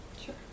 Sure